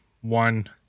one